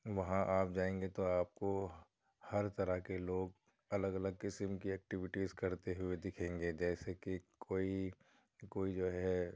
وہاں آپ جائیں گے تو آپ کو ہر طرح کے لوگ الگ الگ قسم کے ایکٹیویٹیز کرتے ہوئے دکھیں گے جیسے کہ کوئی کوئی جو ہے